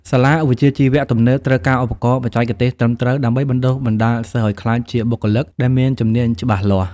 សាលាវិជ្ជាជីវៈទំនើបត្រូវការឧបករណ៍បច្ចេកទេសត្រឹមត្រូវដើម្បីបណ្តុះបណ្តាលសិស្សឱ្យក្លាយជាបុគ្គលិកដែលមានជំនាញច្បាស់លាស់។